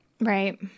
Right